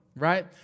right